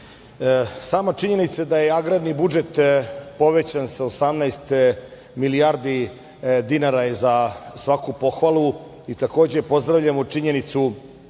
činjenica da je agrarni budžet povećan sa 18 milijardi dinara je za svaku pohvalu i takođe pozdravljamo činjenicu